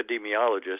epidemiologist